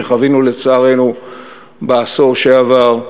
שחווינו לצערנו בעשור שעבר,